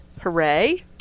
hooray